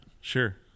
Sure